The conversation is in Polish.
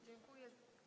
Dziękuję.